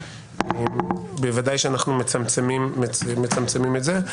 בוודאי שאנחנו מצמצמים את זה.